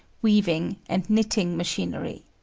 weaving and knitting machinery.